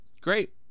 Great